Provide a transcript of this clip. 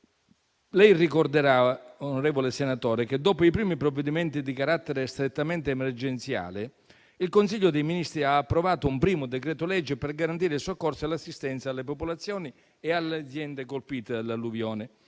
Manca, che dopo i primi provvedimenti di carattere strettamente emergenziale, il Consiglio dei ministri ha approvato un primo decreto-legge per garantire il soccorso e l'assistenza alle popolazioni e alle aziende colpite dall'alluvione